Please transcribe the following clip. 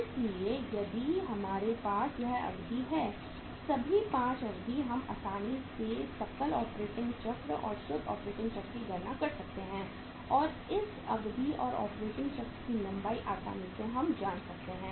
इसलिए यदि हमारे साथ यह अवधि है सभी 5 अवधि हम आसानी से सकल ऑपरेटिंग चक्र और शुद्ध ऑपरेटिंग चक्र की गणना कर सकते हैं और उस अवधि और ऑपरेटिंग चक्र की लंबाई आसानी से हम जान सकते हैं